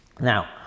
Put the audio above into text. Now